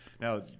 Now